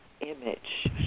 image